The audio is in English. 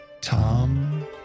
Tom